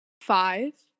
five